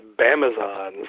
Bamazons